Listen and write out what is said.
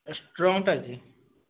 ଏ ଷ୍ଟ୍ରଙ୍ଗ୍ଟା ଅଛି